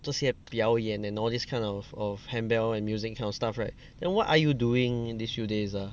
这些表演 and all these kind of of handbell and music kind of stuff right then what are you doing this few days ah